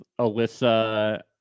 Alyssa